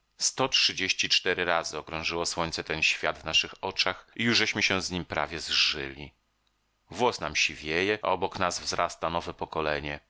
sto trzydzieści cztery razy okrążyło słońce ten świat w naszych oczach i jużeśmy się z nim prawie zżyli włos nam siwieje a obok nas wzrasta nowe pokolenie